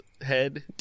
head